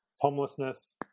homelessness